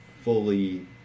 fully